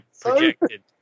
projected